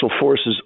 Forces